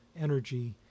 energy